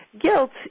Guilt